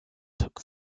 took